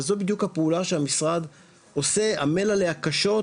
וזאת בדיוק הפעולה שהמשרד עמל עליה קשות,